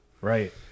Right